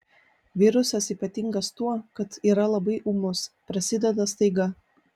virusas ypatingas tuo kad yra labai ūmus prasideda staiga